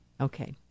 Okay